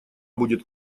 будет